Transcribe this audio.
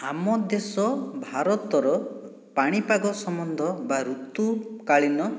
ଆମ ଦେଶ ଭାରତର ପାଣିପାଗ ସମ୍ବନ୍ଧ ବା ଋତୁକାଳୀନ